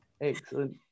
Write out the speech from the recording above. Excellent